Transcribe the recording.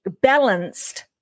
balanced